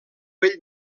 bell